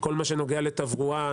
כל מה שנוגע לתברואה,